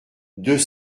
deux